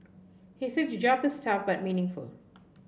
he said the job is tough but meaningful